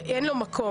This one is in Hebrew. אין לו מקום,